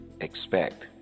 expect